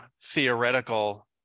theoretical